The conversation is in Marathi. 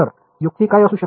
तर युक्ती काय असू शकते